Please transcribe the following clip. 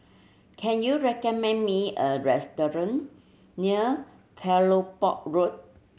can you recommend me a restaurant near Kelopak Road